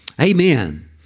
Amen